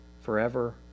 forever